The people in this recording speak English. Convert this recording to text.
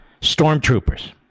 stormtroopers